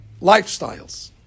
lifestyles